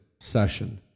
session